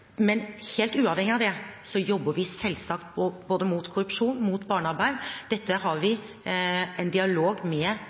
Men helt uavhengig av det jobber vi selvsagt både mot korrupsjon og mot barnearbeid. Dette har vi en dialog med